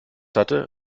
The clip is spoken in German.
hatte